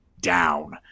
down